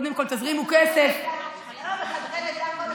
למה בחדרי לידה כל אחד